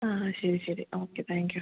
ശരി ശരി okay thank you